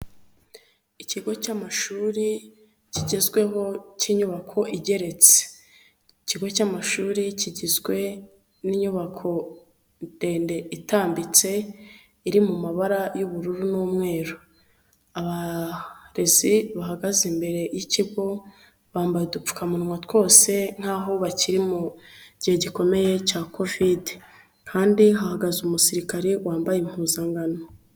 Ikigo cy'amashuri kigezweho k'inyubako igeretse, ikigo cy'amashuri kigizwe n'inyubako ndende itambitse iri mu mabara y'ubururu n'umweru, abarezi bahagaze imbere y'ikigo bambaye udupfukamunwa twose nk'aho bakiri mu gihe gikomeye cya Covid, kandi hahagaze umusirikare wambaye impuzankano.